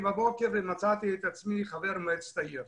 בבוקר ומצאתי את עצמי חבר מועצת העיר.